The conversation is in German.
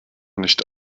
nicht